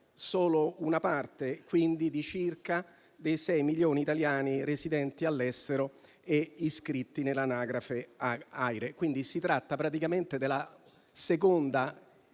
solo una parte, quindi, dei circa sei milioni di italiani residenti all'estero e iscritti nell'anagrafe AIRE. Si tratta praticamente della seconda